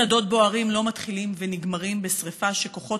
שדות בוערים לא מתחילים ונגמרים בשרפה שכוחות